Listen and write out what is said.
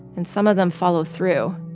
and some of them follow through.